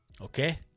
okay